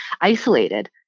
isolated